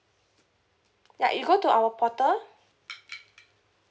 ya you go to our portal